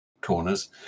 corners